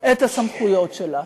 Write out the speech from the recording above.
את הסמכויות שלה.